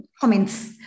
comments